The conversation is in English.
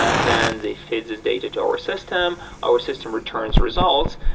ah then they feed this data to our system. our system returns results.